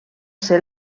ser